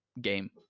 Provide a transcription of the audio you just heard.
game